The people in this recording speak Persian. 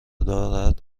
دارد